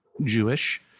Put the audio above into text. Jewish